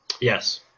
Yes